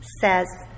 says